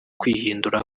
kwihindura